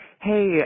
Hey